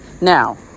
Now